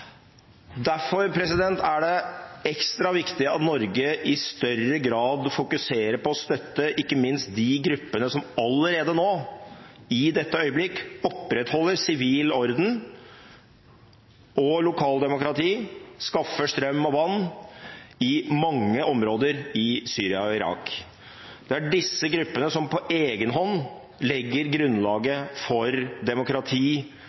Derfor er det ekstra viktig at Norge i større grad fokuserer på å støtte ikke minst de gruppene som allerede nå i dette øyeblikk opprettholder sivil orden og lokaldemokrati, og skaffer strøm og vann i mange områder i Syria og Irak. Det er disse gruppene som på egenhånd legger grunnlaget for demokrati